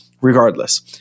Regardless